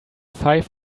five